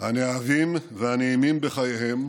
הנאהבים והנעימים בחייהם